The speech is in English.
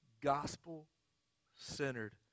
Gospel-centered